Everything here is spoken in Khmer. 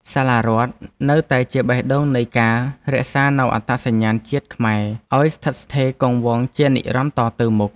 សាលារដ្ឋនៅតែជាបេះដូងនៃការរក្សានូវអត្តសញ្ញាណជាតិខ្មែរឱ្យស្ថិតស្ថេរគង់វង្សជានិរន្តរ៍តទៅមុខ។